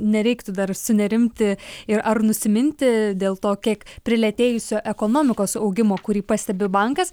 nereiktų dar sunerimti ir ar nusiminti dėl to kiek prilėtėjusio ekonomikos augimo kurį pastebi bankas